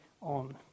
on